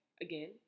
again